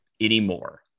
anymore